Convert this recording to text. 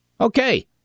Okay